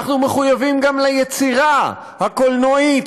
אנחנו מחויבים גם ליצירה הקולנועית